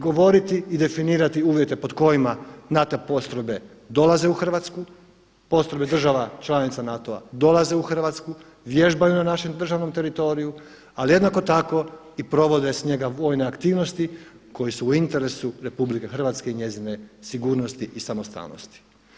Govorit i definirati uvjete pod kojima NATO postrojbe dolaze u Hrvatsku, postrojbe država članica NATO-a dolaze u Hrvatsku, vježbaju na našem državnom teritoriju ali jednako tako i provede s njega vojne aktivnosti koje su u interesu RH i njezine sigurnosti i samostalnosti.